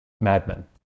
madmen